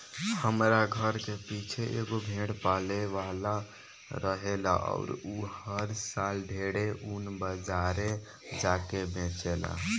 हमरा घर के पीछे एगो भेड़ पाले वाला रहेला अउर उ हर साल ढेरे ऊन बाजारे जा के बेचेला